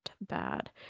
bad